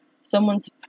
Someone's